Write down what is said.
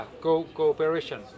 cooperation